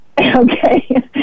Okay